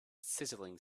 sizzling